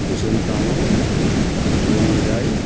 Bhushan Tamang Romi Rai